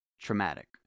traumatic